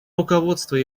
руководство